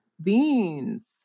Beans